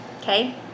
Okay